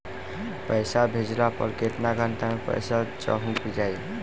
पैसा भेजला पर केतना घंटा मे पैसा चहुंप जाई?